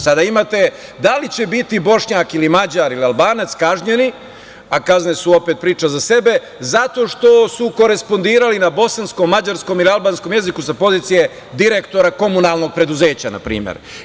Sada, imate da li će biti Bošnjak ili Mađar ili Albanac kažnjeni, a kazne su opet priča za sebe, zato što su korespondirali na bosanskom, mađarskom ili albanskom jeziku sa pozicije direktora komunalnog preduzeća, na primer.